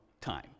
time